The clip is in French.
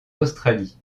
australie